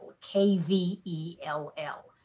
K-V-E-L-L